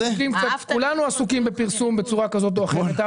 כולנו עסוקים בפרסום בצורה כזאת או אחרת.